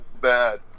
bad